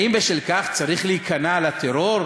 האם בשל כך צריך להיכנע לטרור?